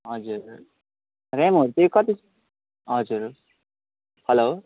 हजुर ऱ्यामहरू चाहिँ कति हजुर हेलो